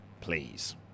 Please